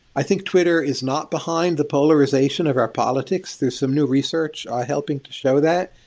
i think twitter is not behind the polarization of our politics. there some new research helping to show that.